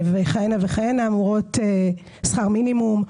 שכר מינימום,